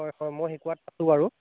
হয় হয় মই শিকোৱাত আছোঁ বাৰু